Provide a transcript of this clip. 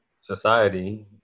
society